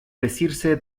decirse